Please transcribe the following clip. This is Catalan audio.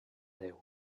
déu